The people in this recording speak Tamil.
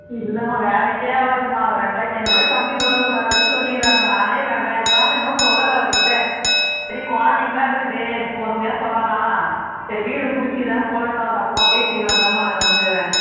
இல்லைமா வேலைக்கே ஆகாதும்மா அவர் ரெண்டாயிரத்தி ஐநூறுபாயிக்கு கம்மி விடக்கூடாதுனு சொல்லிருக்கிறாரும்மா நானே ரெண்டாயிரருபானு இன்னும் சொல்லலை அவர் கிட்டே சரி குழந்தைங்களா இருக்குதே பொறுமையாக சொல்லலாம் சரி வீடு பிடிச்சிதா சொல்லட்டும் அதுக்கப்புறமா பேசிக்கலான்னு தான்ம்மா நான் கம்முனுருக்குறேன்